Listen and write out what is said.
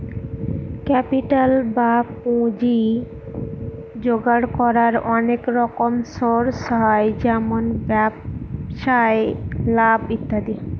capital বা পুঁজি জোগাড় করার অনেক রকম সোর্স হয় যেমন ব্যবসায় লাভ ইত্যাদি